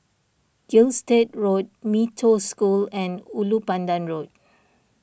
Gilstead Road Mee Toh School and Ulu Pandan Road